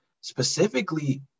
specifically